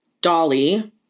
Dolly